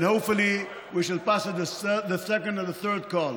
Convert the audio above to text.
and hopefully we shall pass it the second and the third call.